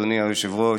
אדוני היושב-ראש,